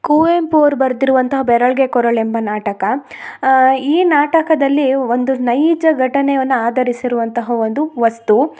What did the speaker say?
ಕುವೆಂಪು ಅವ್ರು ಬರ್ದಿರುವಂಥ ಬೆರಳ್ಗೆ ಕೊರಳೆಂಬ ನಾಟಕ ಈ ನಾಟಕದಲ್ಲಿ ಒಂದು ನೈಜ ಘಟನೆಯನ್ನ ಆಧರಿಸಿರುವಂತಹ ಒಂದು ವಸ್ತು